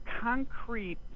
concrete